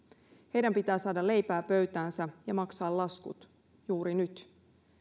heidän pitää saada leipää pöytäänsä ja maksaa laskut juuri nyt